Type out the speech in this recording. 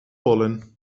pollen